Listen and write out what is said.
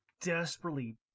Desperately